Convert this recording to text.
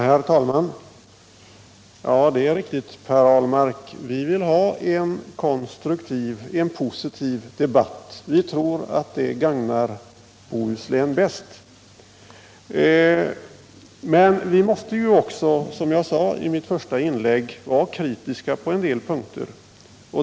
Herr talman! Det är riktigt, Per Ahlmark, att vi vill ha en positiv debatt. Vi tror att det gagnar Bohuslän bäst. Men vi måste också, som jag sade i mitt första inlägg, vara kritiska på en del punkter.